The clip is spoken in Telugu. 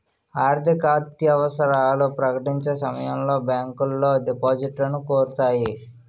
ఆర్థికత్యవసరాలు ప్రకటించే సమయంలో బ్యాంకులో డిపాజిట్లను కోరుతాయి